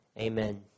Amen